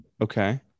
okay